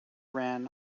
ran